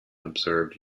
observed